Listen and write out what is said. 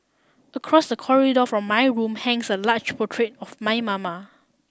across the corridor from my room hangs a large portrait of my mama